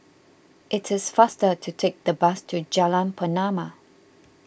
it is faster to take the bus to Jalan Pernama